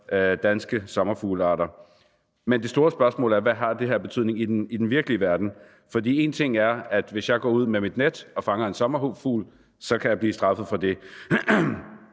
danske sommerfuglearter. Men det store spørgsmål er, hvad det her har af betydning i den virkelige verden. For én ting er, at jeg, hvis jeg går ud med mit net og fanger en sommerfugl, kan blive straffet for det.